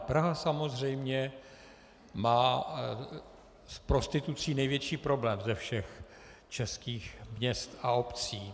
Praha samozřejmě má v prostituci největší problém ze všech českých měst a obcí.